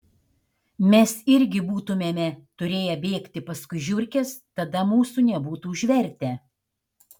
mes irgi būtumėme turėję bėgti paskui žiurkes tada mūsų nebūtų užvertę